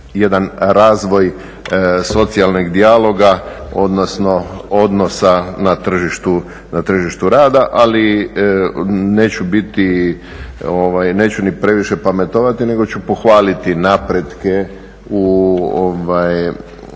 jedan razvoj socijalnog dijaloga odnosno odnosa na tržištu rada. Ali neću ni previše pametovati nego ću pohvaliti napretke koje